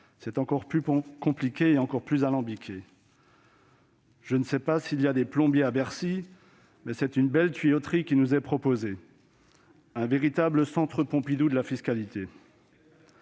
C'est encore plus compliqué et alambiqué. Je ne sais pas s'il y a des plombiers à Bercy, mais c'est une belle tuyauterie qui nous est proposée : un véritable centre Pompidou de la fiscalité